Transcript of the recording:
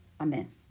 Amen